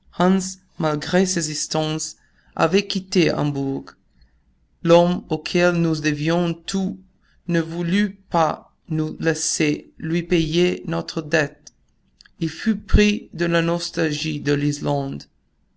avait quitté hambourg l'homme auquel nous devions tout ne voulut pas nous laisser lui payer notre dette il fut pris de la nostalgie de l'islande